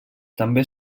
també